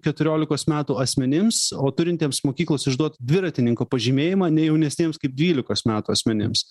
keturiolikos metų asmenims o turintiems mokyklos išduotą dviratininko pažymėjimą ne jaunesniems kaip dvylikos metų asmenims